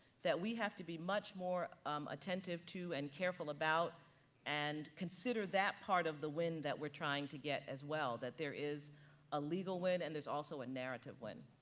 that we have to be much more attentive to and careful about and consider that part of the win that we're trying to get as well, that there is a legal win and there's also a narrative win.